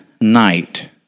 night